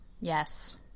Yes